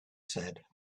said